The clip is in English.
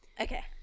Okay